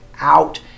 out